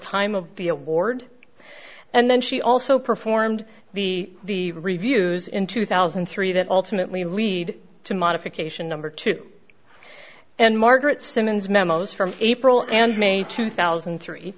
time of the award and then she also performed the the reviews in two thousand and three that ultimately lead to modification number two and margaret simmons memos from april and may two thousand and three